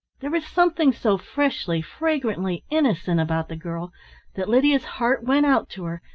there was something so freshly, fragrantly innocent about the girl that lydia's heart went out to her,